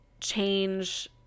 change